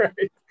right